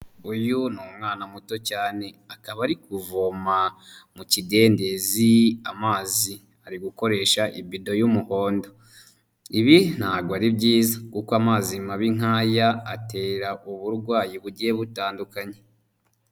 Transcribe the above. Uyu ni umwana muto cyane. Akaba ari kuvoma mu kidendezi amazi. Ari gukoresha ibido y'umuhondo. Ibi ntago ari byiza kuko amazi mabi nk'aya, atera uburwayi bugiye butandukanye.